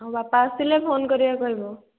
ହଉ ବାପା ଆସିଲେ ଫୋନ୍ କରିବାକୁ କହିବ